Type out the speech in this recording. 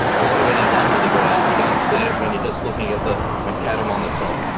a lot of it is under the ground. you don't see it when you're just looking at the macadam on the top.